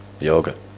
yoga